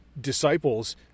disciples